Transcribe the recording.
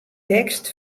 tekst